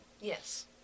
Yes